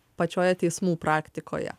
pačioje teismų praktikoje